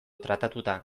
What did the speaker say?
tratatuta